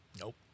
Nope